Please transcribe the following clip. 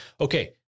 Okay